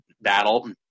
battle